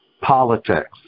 politics